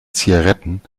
zigaretten